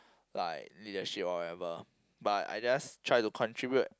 like leadership or whatever but I just try to contribute